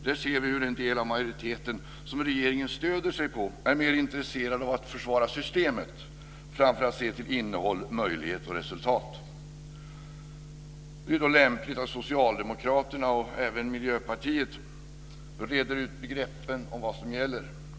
Där ser vi hur en del av den majoritet som regeringen stöder sig på är mer intresserad av att försvara systemet än att se till innehåll, möjligheter och resultat. Det är då lämpligt att Socialdemokraterna och även Miljöpartiet reder ut begreppen om vad som gäller.